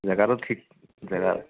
জেগাটো ঠিক জেগা